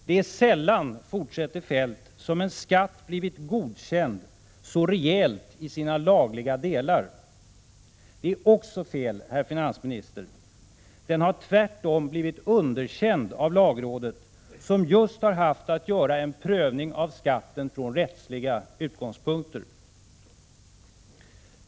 Det är sällan, fortsätter Feldt, som en skatt blivit godkänd så rejält i sina lagliga delar. Det är också fel, herr finansminister. Den har tvärtom blivit underkänd av lagrådet som just har haft att göra en prövning av skatten från rättsliga utgångspunkter.